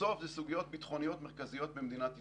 בסוף זה סוגיות ביטחוניות מרכזיות במדינת ישראל.